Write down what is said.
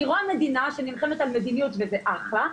אני רואה מדינה שנלחמת על מדיניות וזה אחלה,